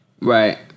Right